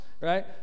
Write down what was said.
right